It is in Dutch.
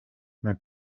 mijn